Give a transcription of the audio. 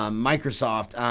um microsoft.